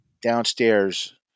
downstairs